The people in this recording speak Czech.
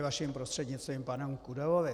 Vaším prostřednictví k panu Kudelovi.